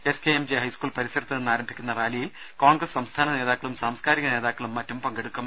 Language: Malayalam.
S K M J high school പരിസരത്തുനിന്ന് ആരംഭിക്കുന്ന റാലിയിൽ കോൺഗ്രസ് സംസ്ഥാന നേതാക്കളും സാംസ്കാരിക നേതാക്കളും മറ്റും പങ്കെടുക്കും